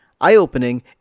eye-opening